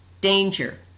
danger